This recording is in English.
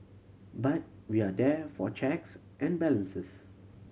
but we are there for checks and balances